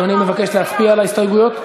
אדוני מבקש להצביע על ההסתייגויות?